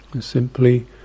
simply